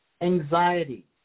Anxiety